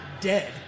dead